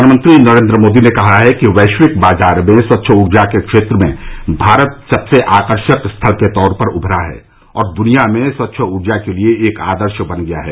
प्रधानमंत्री नरेन्द्र मोदी ने कहा है कि वैश्विक बाजार में स्वच्छ ऊर्जा के क्षेत्र में भारत सबसे आकर्षक स्थल के तौर पर उभरा है और दुनिया में स्वच्छ ऊर्जा के लिए एक आदर्श बन गया है